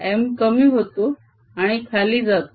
M कमी होतो आणि खाली जातो